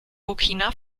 burkina